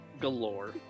galore